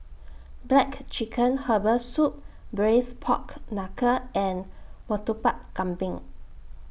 Black Chicken Herbal Soup Braised Pork Knuckle and Murtabak Kambing